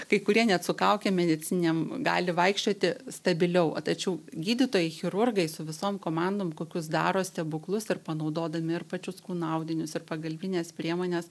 kai kurie net su kaukėm medicininėm gali vaikščioti stabiliau tačiau gydytojai chirurgai su visom komandom kokius daro stebuklus ir panaudodami ir pačius kūno audinius ir pagalbines priemones